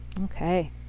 Okay